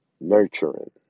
nurturing